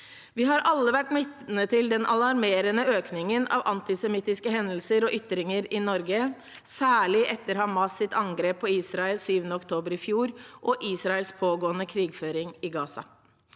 Vi har alle vært vitne til den alarmerende økningen av antisemittiske hendelser og ytringer i Norge, særlig etter Hamas’ angrep på Israel 7. oktober i fjor og Israels pågående krigføring i Gaza.